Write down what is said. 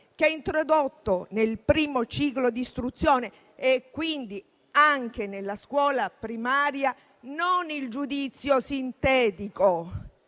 che ha introdotto nel primo ciclo di istruzione (e quindi anche nella scuola primaria) non il giudizio sintetico,